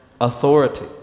authority